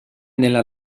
nella